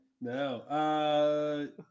no